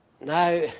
Now